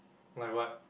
like what